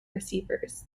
receivers